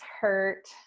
hurt